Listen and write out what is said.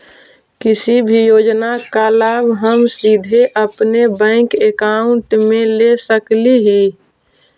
किसी भी योजना का लाभ हम सीधे अपने बैंक अकाउंट में ले सकली ही?